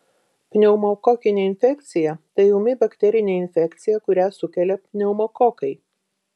pneumokokinė infekcija tai ūmi bakterinė infekcija kurią sukelia pneumokokai